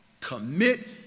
Commit